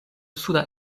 suda